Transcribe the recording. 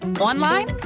online